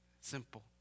Simple